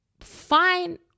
fine